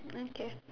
okay